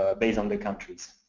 ah based on the countries.